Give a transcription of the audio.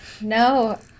No